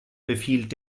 befiehlt